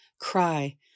Cry